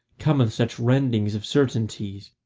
cometh such rending of certainties,